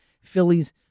Phillies